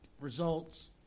results